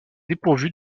dépourvue